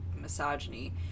misogyny